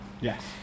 Yes